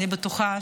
אני בטוחה,